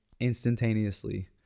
instantaneously